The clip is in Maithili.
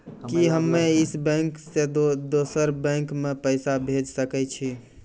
कि हम्मे इस बैंक सें दोसर बैंक मे पैसा भेज सकै छी?